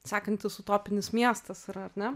sekantis utopinis miestas yra ar ne